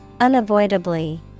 Unavoidably